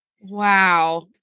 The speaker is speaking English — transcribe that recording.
Wow